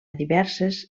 diverses